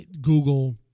Google